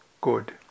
good